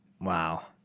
Wow